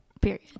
Period